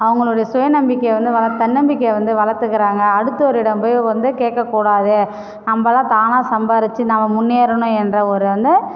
அவங்களோடைய சுயநம்பிக்கையை வந்து வளத் தன்நம்பிக்கையயை வந்து வளர்த்துகிறாங்க அடுத்தவரிடம் போய் வந்து கேட்கக்கூடாது நம்பதான் தானாக சம்பாரித்து நம்ம முன்னேறணும் என்ற ஒரு வந்து